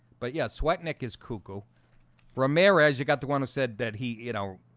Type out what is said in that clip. but ya sweat nick is cuckoo ramirez you got the one who said that he you know